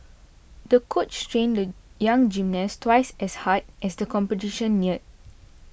the coach trained the young gymnast twice as hard as the competition neared